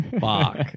fuck